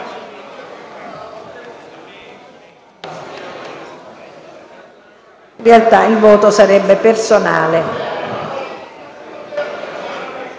In realta`, il voto sarebbe personale.